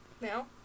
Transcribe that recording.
Now